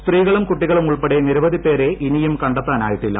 സ്ത്രീകളും കുട്ടികളും ഉൾപ്പെടെ നിരവധി പേരെ ഇനിയും കണ്ടെത്താനായിട്ടില്ല